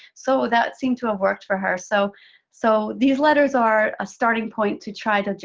so that seemed to worked for her. so so these letters are a starting point, to try to,